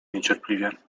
niecierpliwie